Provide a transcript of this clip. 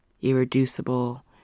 irreducible